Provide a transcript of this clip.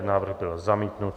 Návrh byl zamítnut.